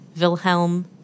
Wilhelm